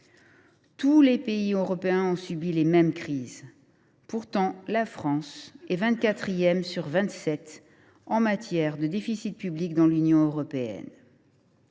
Tous les pays européens ont subi les mêmes crises. Pourtant, la France est vingt quatrième sur vingt sept en matière de déficit public dans l’Union européenne.